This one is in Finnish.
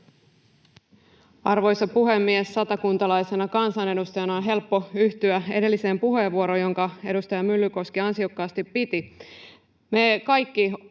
Arvoisa puhemies! Satakuntalaisena kansanedustajana on helppo yhtyä edelliseen puheenvuoroon, jonka edustaja Myllykoski ansiokkaasti piti.